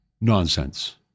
nonsense